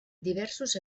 diversos